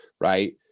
right